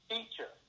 Teacher